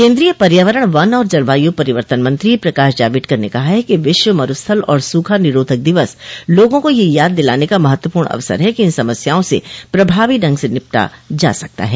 केन्द्रीय पर्यावरण वन और जलवायु परिवर्तन मंत्री प्रकाश जावड़ेकर ने कहा है कि विश्व मरूस्थल और सूखा निरोधक दिवस लोगों को यह याद दिलाने का महत्वपूर्ण अवसर है कि इन समस्याओं से प्रभावी ढंग से निपटा जा सकता है